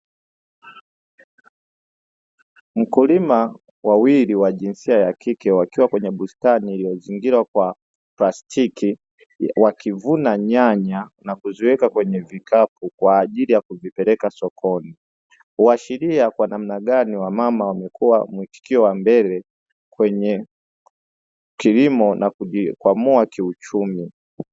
Mkulima wawili wa jinsia ya kike wakiwa kwenye bustani iliyozingirwa na plastiki wakivuna nyanya na kuziweka kwenye vikapu, kwa ajili ya kupeleka sokoni huashiria kwa namna gani wa mama wamekuwa mwitikio wa mbele kwenye kilimo na kujikwamua kiuchumi.